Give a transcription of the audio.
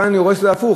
כאן אני רואה שזה הפוך,